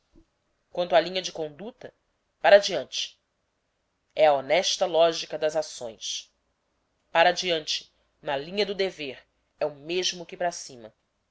quanto a linha de conduta para diante é a honesta lógica das ações para diante na linha do dever é o mesmo que para cima